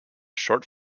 short